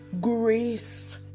grace